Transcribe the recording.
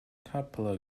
capella